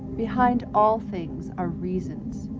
behind all things are reasons.